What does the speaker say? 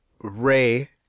ray